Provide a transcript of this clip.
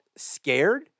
scared